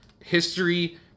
history